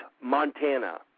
Montana